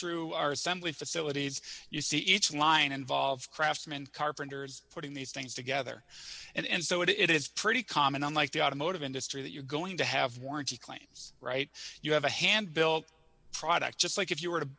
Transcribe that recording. through our assembly facilities you see each line involved craftsman carpenters putting these things together and so it is pretty common unlike the automotive industry that you're going to have warranty claims right you have a hand built product just like if you were to